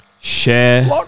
share